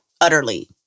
utterly